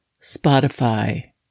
Spotify